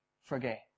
forget